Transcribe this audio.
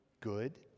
good